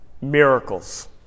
miracles